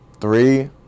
three